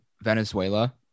venezuela